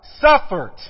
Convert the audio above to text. suffered